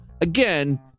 Again